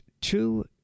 two